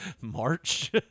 March